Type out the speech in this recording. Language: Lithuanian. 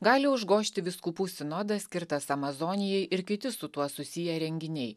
gali užgožti vyskupų sinodas skirtas amazonijai ir kiti su tuo susiję renginiai